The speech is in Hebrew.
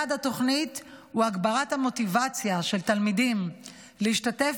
יעד התוכנית הוא הגברת המוטיבציה של תלמידים להשתתף